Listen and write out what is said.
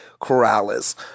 Corrales